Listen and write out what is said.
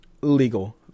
legal